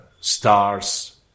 stars